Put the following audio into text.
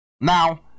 Now